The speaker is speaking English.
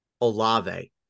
Olave